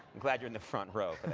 glad you're in the front row